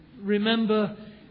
Remember